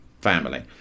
family